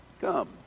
come